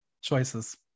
choices